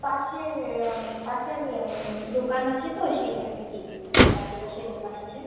পাশের পাশের দোকান আছে তো সেইখান থেকেই বাড়ির পাশে দোকান আছে